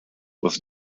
was